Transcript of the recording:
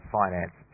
finance